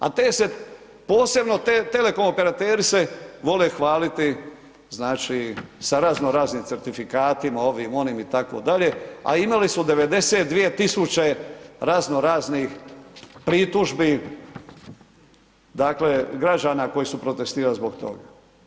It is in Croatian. A te se, posebno telekom operateri se vole hvaliti znači sa razno raznim certifikatima, ovim onim, itd., a imali su 92 tisuće razno raznih pritužbi, dakle, građana koji su protestirali zbog toga.